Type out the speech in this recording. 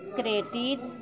credit